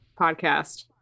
podcast